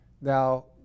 Now